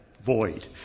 void